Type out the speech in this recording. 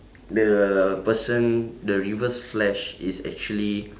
the person the reverse flash is actually